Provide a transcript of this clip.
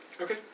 Okay